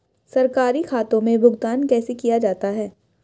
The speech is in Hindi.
सरकारी खातों में भुगतान कैसे किया जाता है?